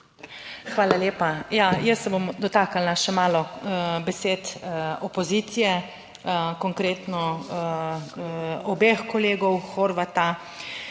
Hvala lepa. Ja, jaz se bom dotaknila še malo besed opozicije, konkretno obeh kolegov Horvata.